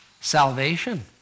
Salvation